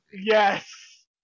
Yes